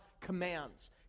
commands